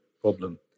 problem